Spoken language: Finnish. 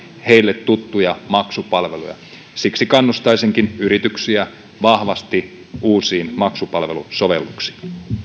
heille tuttuja maksupalveluja siksi kannustaisinkin yrityksiä vahvasti uusiin maksupalvelusovelluksiin